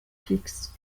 fixe